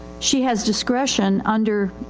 she has discretion under, ah,